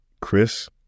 Chris